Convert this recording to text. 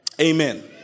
Amen